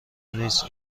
نیست